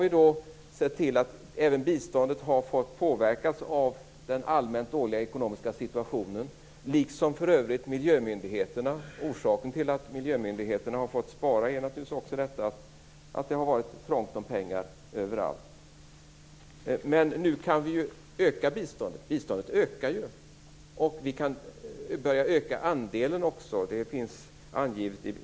Vi har sett till att även biståndet har fått påverkas av den allmänt dåliga ekonomiska situationen, och det gäller för övrigt även för miljömyndigheterna. Orsaken till att miljömyndigheterna har fått spara har naturligtvis varit att det överallt har varit trångt om pengar. Nu ökar biståndet dock, och vi kan också börja öka dess andel.